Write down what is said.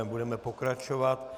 Budeme pokračovat.